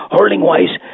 Hurling-wise